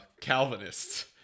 Calvinists